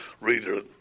reader